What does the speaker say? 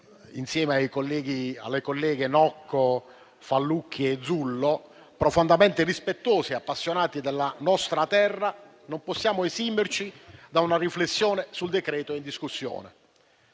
insieme alle colleghe Nocco e Fallucchi e al collega Zullo, profondamente rispettosi e appassionati della nostra terra, non possiamo esimerci da una riflessione sul decreto in discussione.